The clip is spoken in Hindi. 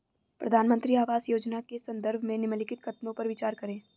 प्रधानमंत्री आवास योजना के संदर्भ में निम्नलिखित कथनों पर विचार करें?